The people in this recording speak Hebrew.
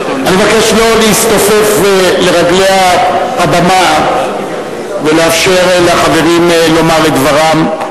אני מבקש לא להסתופף לרגלי הבמה ולאפשר לחברים לומר את דברם,